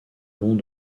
long